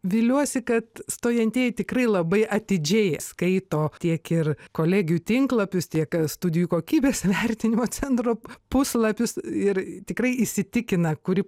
viliuosi kad stojantieji tikrai labai atidžiai skaito tiek ir kolegijų tinklapius tiek studijų kokybės vertinimo centro puslapius ir tikrai įsitikina kuri